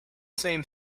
same